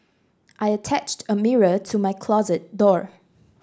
I attached a mirror to my closet door